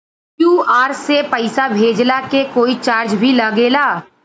QR से पैसा भेजला के कोई चार्ज भी लागेला?